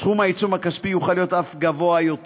סכום העיצום הכספי יוכל להיות אף גבוה יותר.